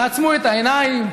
תעצמו את העיניים,